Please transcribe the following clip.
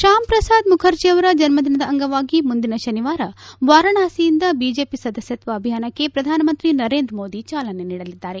ಶಾಮಪ್ರಸಾದ ಮುಖರ್ಜಿ ಅವರ ಜನ್ಲದಿನದ ಅಂಗವಾಗಿ ಮುಂದಿನ ಶನಿವಾರ ವಾರಣಾಸಿಯಿಂದ ಬಿಜೆಪಿ ಸದಸ್ಯತ್ವ ಅಭಿಯಾನಕ್ಕೆ ಪ್ರಧಾನಮಂತ್ರಿ ನರೇಂದ್ರ ಮೋದಿ ಚಾಲನೆ ನೀಡಲಿದ್ದಾರೆ